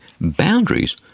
Boundaries